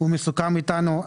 הוא מסוכם איתנו.